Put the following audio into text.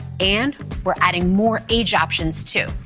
and we're adding more age options too.